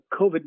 COVID